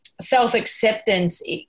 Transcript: self-acceptance